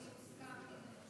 אדוני היושב-ראש,